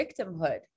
victimhood